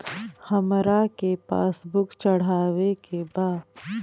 हमरा के passbook चढ़ावे के बा?